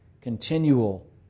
continual